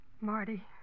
Marty